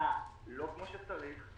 לא כמו שצריך.